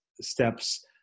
steps